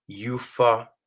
Yufa